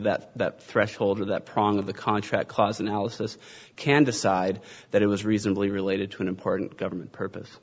that that threshold or that problem of the contract clause analysis can decide that it was reasonably related to an important government purpose